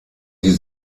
die